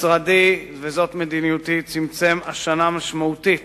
משרדי, וזאת מדיניותי, צמצם השנה משמעותית